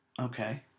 Okay